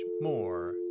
more